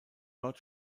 dort